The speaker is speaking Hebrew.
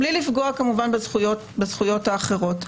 בלי לפגוע כמובן בזכויות האחרות.